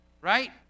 Right